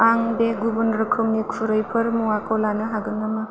आं बे गुबुन रोखोमनि खुरैफोर मुवाखौ लानो हागोन नामा